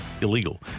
illegal